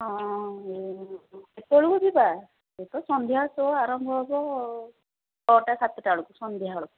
ହଁ କେତେବେଳକୁ ଯିବା ସେ ତ ସନ୍ଧ୍ୟା ଶୋ ଆରମ୍ଭ ହେବ ଛଅଟା ସାତଟା ବେଳକୁ ସନ୍ଧ୍ୟା ବେଳକୁ